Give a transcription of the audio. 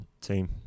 team